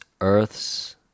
Earth's